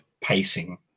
pacing